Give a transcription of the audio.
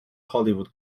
hollywood